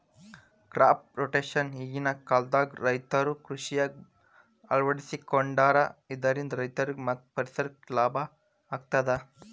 crop rotation ಈಗಿನ ಕಾಲದಾಗು ರೈತರು ಕೃಷಿಯಾಗ ಅಳವಡಿಸಿಕೊಂಡಾರ ಇದರಿಂದ ರೈತರಿಗೂ ಮತ್ತ ಪರಿಸರಕ್ಕೂ ಲಾಭ ಆಗತದ